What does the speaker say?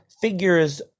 figures